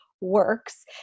works